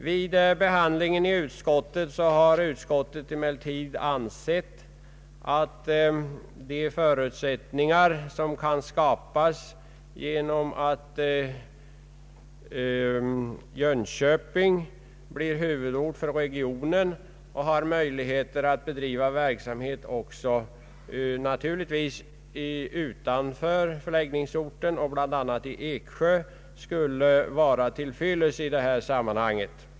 Vid behandlingen har utskottet emellertid ansett att de förutsättningar som kan skapas genom att Jönköping blir huvudort för regionen och får möjligheter att bedriva verksamhet också utanför förläggningsorten och bland annat i Eksjö skulle vara till fyllest i detta sammanhang.